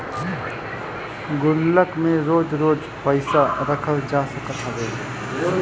गुल्लक में रोज रोज पईसा रखल जा सकत हवे